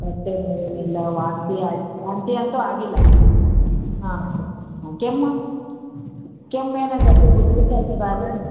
ಹೊಟ್ಟೆ ನೋವು ಏನಿಲ್ಲ ವಾಂತಿ ಆಗಿ ವಾಂತಿ ಅಂತೂ ಆಗಿಲ್ಲ ಹಾಂ ಹಾಂ ಕೆಮ್ಮು ಕೆಮ್ಮು ಏನಾಗುತ್ತೆ ಗುಸ್ ಗುಸ್ ಅಂತದಾ ಅದು